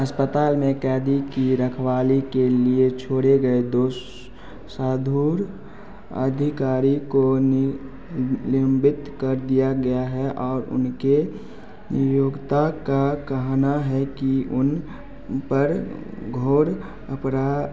अस्पताल में कैदी की रखवाली के लिए छोड़े गए दो साधुर अधिकारी को निलंबित कर दिया गया है और उनके नियोक्ता का कहना है कि उन पर घोर